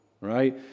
right